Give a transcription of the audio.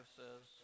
says